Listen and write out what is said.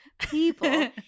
people